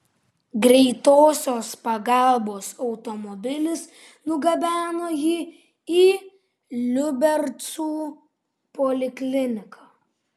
greitosios pagalbos automobilis nugabeno jį į liubercų polikliniką